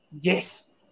yes